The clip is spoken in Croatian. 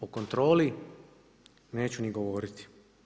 O kontroli neću ni govoriti.